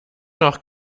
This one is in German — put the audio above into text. noch